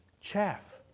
chaff